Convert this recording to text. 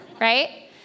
right